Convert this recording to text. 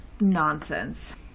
nonsense